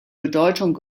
bedeutung